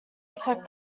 reflect